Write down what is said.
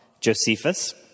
Josephus